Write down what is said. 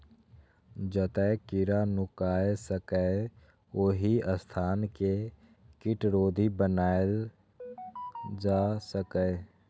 जतय कीड़ा नुकाय सकैए, ओहि स्थान कें कीटरोधी बनाएल जा सकैए